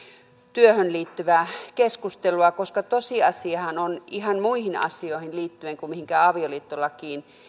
työhön liittyvää keskustelua koska tosiasiahan on ihan muihin asioihin liittyvä kuin mihinkään avioliittolakiin